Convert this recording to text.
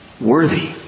Worthy